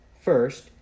First